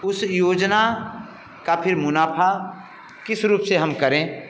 उस योजना का फिर मुनाफ़ा किस रूप से हम करें